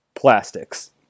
Plastics